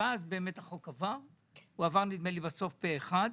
בסוף החוק עבר; אני חושב שפה אחד.